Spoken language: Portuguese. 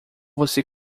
você